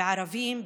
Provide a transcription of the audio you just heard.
בערבים,